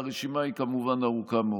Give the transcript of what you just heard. והרשימה היא כמובן ארוכה מאוד.